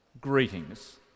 greetings